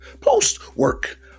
Post-work